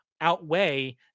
outweigh